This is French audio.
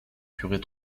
curés